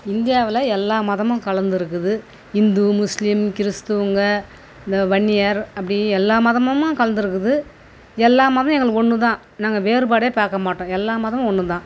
இந்தியாவில் எல்லா மதமும் கலந்திருக்குது இந்து முஸ்லீம் கிறிஸ்த்துவங்க இந்த வன்னியர் அப்படி எல்லா மதமும் கலந்திருக்குது எல்லா மதம் எங்களுக்கு ஒன்று தான் நாங்கள் வேறுபாடே பார்க்கமாட்டோம் எல்லா மதமும் ஒன்று தான்